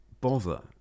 bother